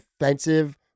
offensive